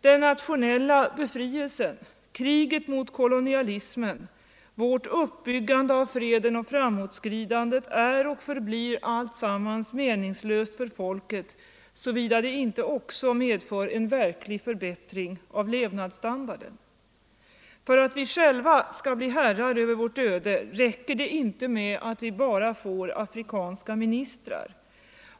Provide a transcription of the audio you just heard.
”Den nationella befrielsen, kriget mot kolonialismen, vårt uppbyggande av freden och framåtskridandet ——— är och förblir alltsammans meningslöst för folket, såvida det inte också medför en verklig förbättring i levnadsstandarden. -—-- För att vi själva skall bli herrar över vårt öde, räcker det inte med att vi bara får afrikanska ministrar.